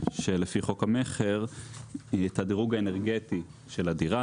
שלפי חוק המכר את הדירוג האנרגטי של הדירה.